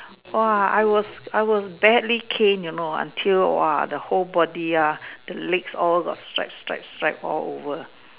!wah! I was I was badly caned you know until !wah! the whole body ah the legs all got stripe stripe stripe all over